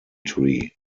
tree